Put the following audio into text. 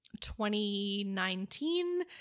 2019